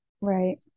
Right